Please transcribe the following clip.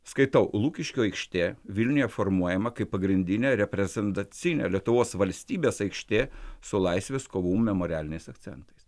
skaitau lukiškių aikštė vilniuje formuojama kaip pagrindinė reprezentacinė lietuvos valstybės aikštė su laisvės kovų memorialiniais akcentais